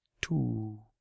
two